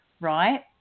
right